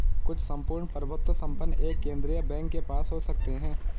कुछ सम्पूर्ण प्रभुत्व संपन्न एक केंद्रीय बैंक के पास हो सकते हैं